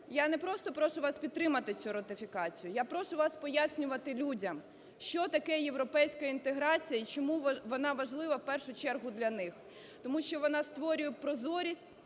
я не просто прошу вас підтримати цю ратифікацію, я прошу вас пояснювати людям, що таке європейська інтеграція і чому вона важлива в першу чергу для них. Тому що вона створює прозорість,